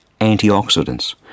antioxidants